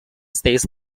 six